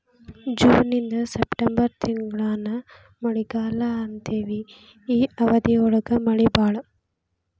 June ಇಂದ September ತಿಂಗಳಾನ ಮಳಿಗಾಲಾ ಅಂತೆವಿ ಈ ಅವಧಿ ಒಳಗ ಮಳಿ ಬಾಳ